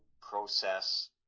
process